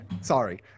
sorry